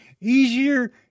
easier